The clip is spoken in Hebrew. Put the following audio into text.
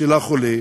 של החולה,